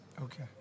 Okay